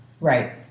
Right